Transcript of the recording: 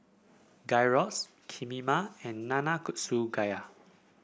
Gyros Kheema and Nanakusa Gayu